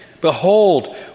Behold